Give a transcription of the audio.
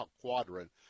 quadrant